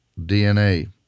DNA